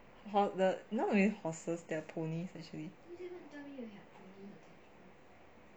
not really horses they are ponies actually